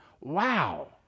Wow